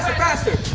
faster!